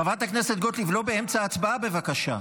חברת הכנסת גוטליב, לא באמצע הצבעה, בבקשה.